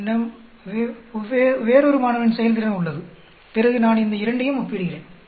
என்னிடம் வேறொரு மாணவனின் செயல்திறன் உள்ளது பிறகு நான் இந்த இரண்டையும் ஒப்பிடுகிறேன்